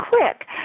quick